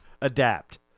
adapt